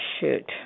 shoot